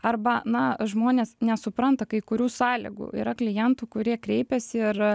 arba na žmonės nesupranta kai kurių sąlygų yra klientų kurie kreipiasi ir